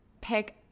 pick